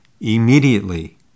immediately